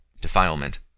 defilement